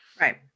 Right